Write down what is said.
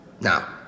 Now